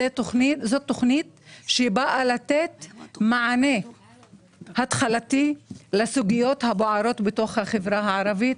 זאת תוכנית שבאה לתת מענה התחלתי לסוגיות הבוערות בתוך החברה הערבית.